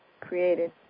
created